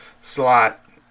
slot